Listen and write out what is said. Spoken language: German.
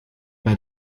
bei